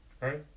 Right